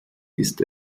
ist